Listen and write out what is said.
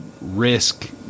risk